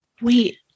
Wait